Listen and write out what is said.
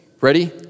Ready